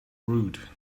rude